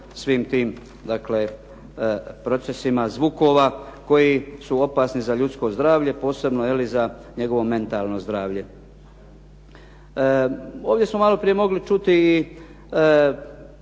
svim tim procesima zvukova koji su opasni za ljudsko zdravlje posebno za njegovo mentalno zdravlje. Ovdje smo malo prije mogli čuti i